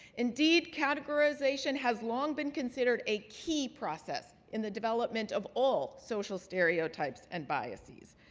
indeed, categorization has long been considered a key process in the development of all social stereotypes and biases.